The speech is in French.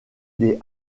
des